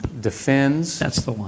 defends